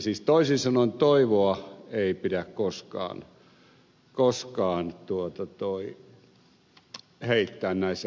siis toisin sanoen toivoa ei pidä koskaan heittää näissä asioissa